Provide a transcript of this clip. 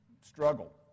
struggle